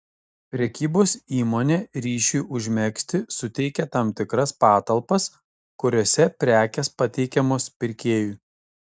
prekybos įmonė ryšiui užmegzti suteikia tam tikras patalpas kuriose prekės pateikiamos pirkėjui